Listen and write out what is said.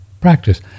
practice